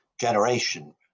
generation